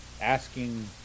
asking